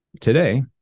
today